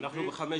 זה מופיע